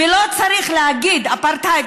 ולא צריך להגיד "אפרטהייד,